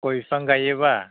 गय बिफां गायोबा